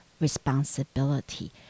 responsibility